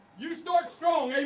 you start strong.